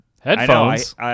Headphones